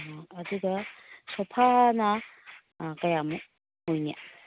ꯑꯥ ꯑꯗꯨꯒ ꯁꯣꯐꯥꯅ ꯀꯌꯥꯃꯨꯛ ꯑꯣꯏꯅꯤ